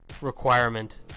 requirement